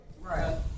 Right